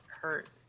hurt